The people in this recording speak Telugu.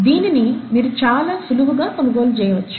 దీనిని మీరు చాలా సులువుగా కొనుగోలు చేయవచ్చు